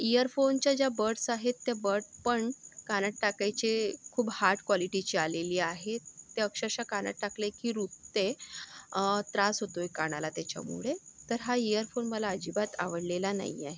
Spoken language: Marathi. इअरफोनच्या ज्या बड्स आहेत ते बड पण कानात टाकायचे खूप हाड कॉलिटीचे आलेली आहे ते अक्षरशः कानात टाकले की रुतते त्रास होतोय कानाला त्याच्यामुळे तर हा इअरफोन मला अजिबात आवडलेला नाही आहे